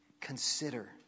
Consider